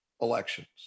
elections